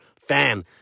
fan